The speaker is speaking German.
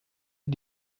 sie